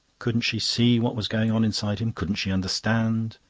couldn't she see what was going on inside him? couldn't she understand?